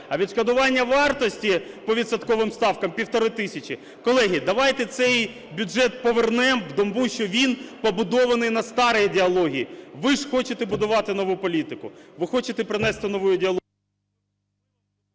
а відшкодування вартості по відсотковим ставкам півтори тисячі. Колеги, давайте цей бюджет повернемо, тому що він побудований на старій ідеології, ви ж хочете будувати нову політику, ви хочете принести нову…